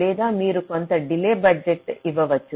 లేదా మీరు కొంత డిలే బడ్జెట్ ఇవ్వవచ్చు